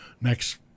next